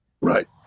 Right